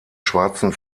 schwarzen